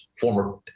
former